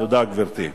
תודה, גברתי.